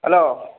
hello